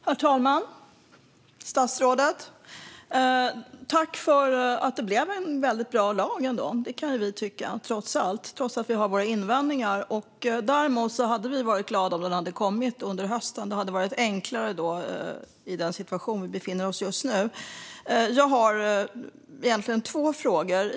Herr talman, statsrådet! Tack för att det blev en väldigt bra lag ändå! Det kan vi tycka, trots att vi har våra invändningar. Däremot hade vi varit glada om den hade kommit under hösten. Det hade varit enklare då, med den situation som vi befinner oss i just nu. Jag har egentligen två frågor.